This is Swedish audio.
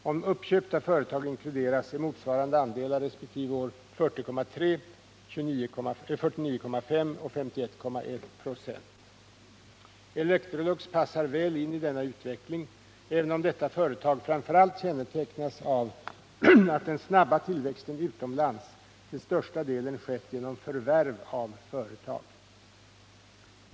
Om uppköpta företag inkluderas är motsvarande andelar resp. år 40,3 96, 49,5 96 och S1,1 96. Electrolux passar väl in i denna utveckling, även om detta företag framför allt kännetecknas av att den snabba tillväxten utomlands till största delen skett genom förvärv av företag.